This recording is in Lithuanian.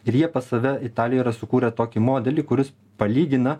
ir jie pas save italijoj yra sukūrę tokį modelį kuris palygina